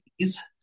Please